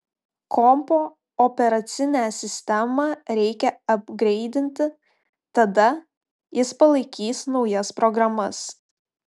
kompo operacinę sistemą reikia apgreidinti tada jis palaikys naujas programas